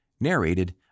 narrated